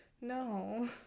No